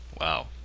Wow